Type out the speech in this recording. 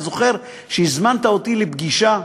אתה זוכר שהזמנת אותי לפגישה,